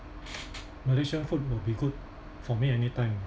malaysian food will be good for me anytime